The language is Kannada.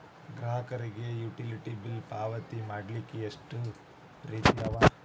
ಗ್ರಾಹಕರಿಗೆ ಯುಟಿಲಿಟಿ ಬಿಲ್ ಪಾವತಿ ಮಾಡ್ಲಿಕ್ಕೆ ಎಷ್ಟ ರೇತಿ ಅವ?